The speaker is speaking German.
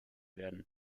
werden